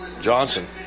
Johnson